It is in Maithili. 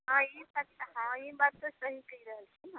हँ ई बात तऽ हँ ई बात तऽ सही कहि रहल छी ने